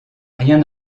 rien